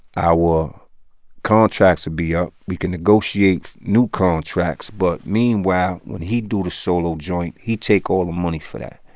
our contracts will be up. we can negotiate new contracts. but meanwhile, when he do the solo joint, he take all the money for that.